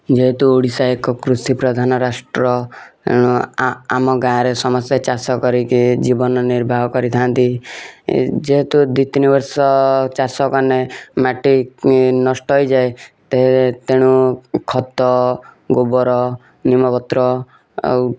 ଯେହେତୁ ଓଡ଼ିଶା ଏକ କୃଷିପ୍ରଧାନ ରାଷ୍ଟ୍ର ଆମ ଗାଁରେ ସମସ୍ତେ ଚାଷ କରିକି ଜୀବନ ନିର୍ବାହ କରିଥାନ୍ତି ଯେହେତୁ ଦୁଇ ତିନି ବର୍ଷ ଚାଷ କରିନେ ମାଟି ନଷ୍ଟ ହେଇଯାଏ ତେ ତେଣୁ ଖତ ଗୋବର ନିମ ପତ୍ର ଆଉ